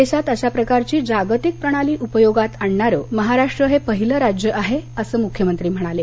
देशात अशा प्रकारची जागतिक प्रणाली उपयोगात आणणारं महाराष्ट्र हे पहिलं राज्य आहे असं मुख्यमंत्री म्हणाले